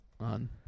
on